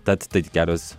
tad tik kelios